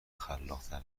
خلاقتر